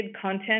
content